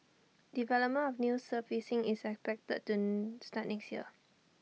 development of the new surfacing is expected to start next year